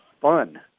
fun